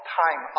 time